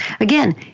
Again